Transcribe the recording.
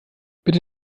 bitte